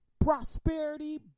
prosperity